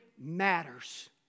matters